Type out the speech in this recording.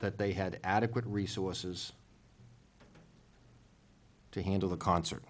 that they had adequate resources to handle the concert